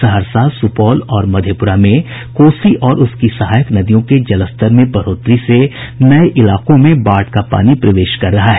सहरसा सुपौल और मधेपुरा में कोसी और उसकी सहायक नदियों के जलस्तर में बढ़ोतरी से नये इलाकों में बाढ़ का पानी प्रवेश कर रहा है